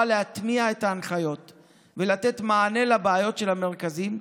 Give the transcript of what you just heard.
להטמיע את ההנחיות ולתת מענה לבעיות של המרכזים,